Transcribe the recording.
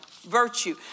virtue